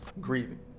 grieving